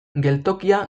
geltokia